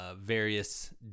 various